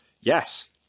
Yes